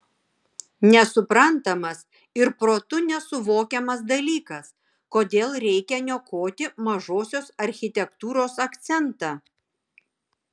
nesuprantamas ir protu nesuvokiamas dalykas kodėl reikia niokoti mažosios architektūros akcentą